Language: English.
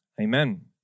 Amen